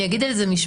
אני אגיד על זה משפט.